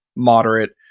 moderate,